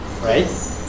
right